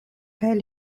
kaj